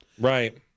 Right